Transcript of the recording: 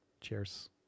cheers